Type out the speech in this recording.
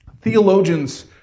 Theologians